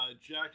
Jack